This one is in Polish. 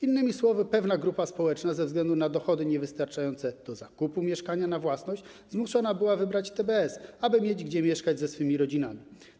Innymi słowy, pewna grupa społeczna ze względu na dochody niewystarczające do zakupu mieszkania na własność zmuszona była wybrać TBS, aby mieć gdzie mieszkać ze swoimi rodzinami.